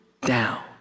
down